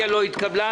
מי נמנע?